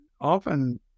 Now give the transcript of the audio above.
often